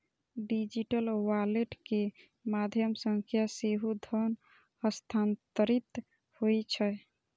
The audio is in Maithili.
डिजिटल वॉलेट के माध्यम सं सेहो धन हस्तांतरित होइ छै